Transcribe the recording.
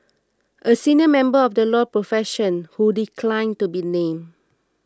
a senior member of the law profession who declined to be named